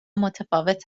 متفاوت